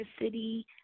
city